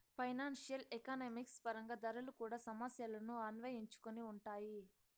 financial economics పరంగా ధరలు కూడా సమస్యలను అన్వయించుకొని ఉంటాయి